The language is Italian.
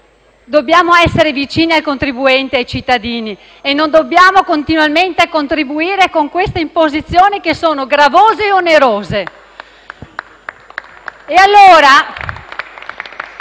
Dobbiamo essere vicini al contribuente e ai cittadini e non dobbiamo continuamente contribuire con queste imposizioni che sono gravose e onerose.